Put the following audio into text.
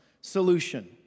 solution